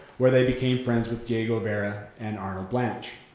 where they became friends with diego rivera and arnold blanche.